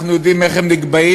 אנחנו יודעים איך הם נקבעים,